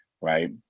right